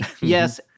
Yes